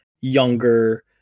younger